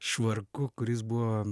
švarku kuris buvo